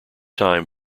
time